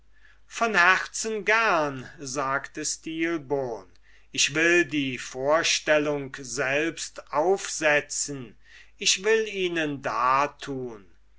von herzen gerne sagte stilbon ich will die vorstellung selbst aufsetzen ich will ihnen dartun